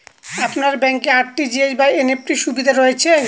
আপনার ব্যাংকে আর.টি.জি.এস বা এন.ই.এফ.টি র সুবিধা রয়েছে?